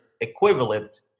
equivalent